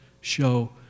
show